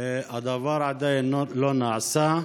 הדבר עדיין לא נעשה,